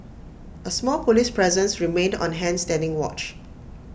A small Police presence remained on hand standing watch